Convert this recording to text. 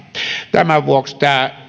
tämän vuoksi